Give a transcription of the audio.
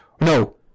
No